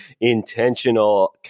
intentional